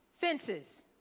Fences